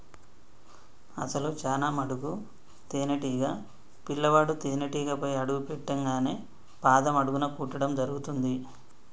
అసలు చానా మటుకు తేనీటీగ పిల్లవాడు తేనేటీగపై అడుగు పెట్టింగానే పాదం అడుగున కుట్టడం జరుగుతుంది